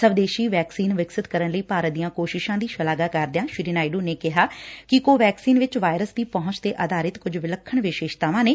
ਸਵਦੇਸ਼ੀ ਵੈਕਸੀਨ ਵਿਕਸਿਤ ਕਰਨ ਲਈ ਭਾਰਤ ਦੀਆ ਕੋਸ਼ਿਸਾ ਦੀ ਸ਼ਲਾਘਾ ਕਰਦਿਆ ਸ੍ਰੀ ਨਾਇਵੂ ਨੇ ਕਿਹਾ ਕਿ ਕੋ ਵੈਕਸੀਨ ਵਿਚ ਵਾਇਰਸ ਦੀ ਪਹੁੰਚ ਤੇ ਆਧਾਰਿਤ ਕੁਝ ਵਿਲੱਖਣ ਵਿਸ਼ੇਸ਼ਤਾਵਾਂ ਨੇ